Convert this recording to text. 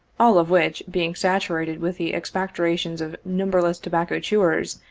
all of which being saturated with the expectorations of numberless tobacco chewers,